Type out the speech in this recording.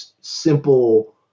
simple